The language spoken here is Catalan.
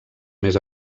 més